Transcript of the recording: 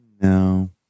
No